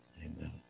Amen